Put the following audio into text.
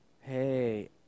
Hey